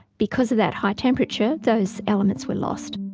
because of that high temperature, those elements were lost.